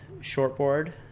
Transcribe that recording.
shortboard